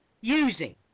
using